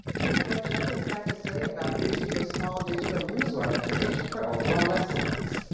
here's what judges had to say about this year small digital news organization for overall excellence.